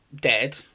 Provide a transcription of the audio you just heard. dead